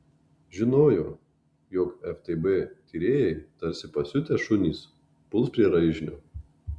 žinojo jog ftb tyrėjai tarsi pasiutę šunys puls prie raižinio